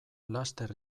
laster